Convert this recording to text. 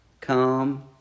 come